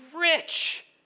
rich